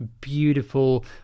beautiful